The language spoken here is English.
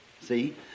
See